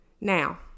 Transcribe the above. Now